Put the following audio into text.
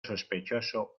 sospechoso